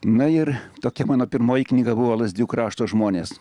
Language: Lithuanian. na ir tokia mano pirmoji knyga buvo lazdijų krašto žmonės